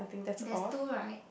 there's two right